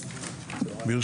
בוקר טוב.